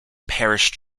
parish